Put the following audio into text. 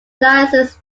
licensed